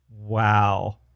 Wow